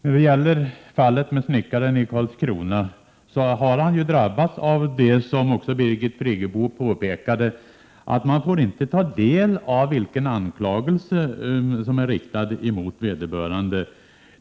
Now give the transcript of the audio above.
Herr talman! Snickaren i Karlskrona drabbades av det som Birgit Friggebo påpekade, nämligen att vederbörande inte får ta del av den anklagelse som är riktad mot honom.